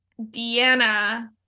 deanna